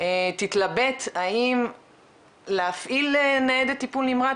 תתלבט האם להפעיל ניידת טיפול נמרץ,